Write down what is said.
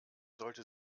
sollte